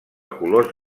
colors